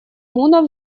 муна